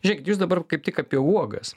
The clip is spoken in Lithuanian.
žiūrėkit jūs dabar kaip tik apie uogas